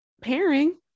pairing